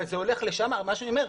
אבל מה שאני אומר,